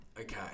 Okay